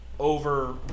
over